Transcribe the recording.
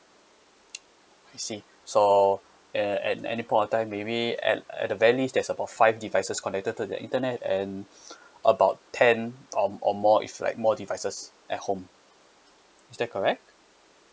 I see so uh at any point of time maybe at at the very least there's about five devices connected to the internet and about ten or or more is like more devices at home is that correct